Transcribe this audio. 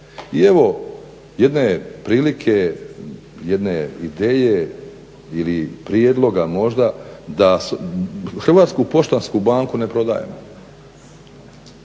I evo jedne prilike, jedne ideje ili prijedloga možda da HPB ne prodajemo.